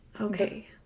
Okay